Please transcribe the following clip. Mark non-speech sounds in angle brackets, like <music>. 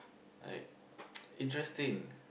I <noise> interesting